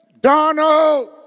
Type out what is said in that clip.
Donald